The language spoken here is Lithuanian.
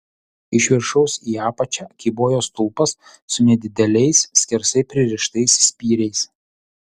iš viršaus į apačią kybojo stulpas su nedideliais skersai pririštais spyriais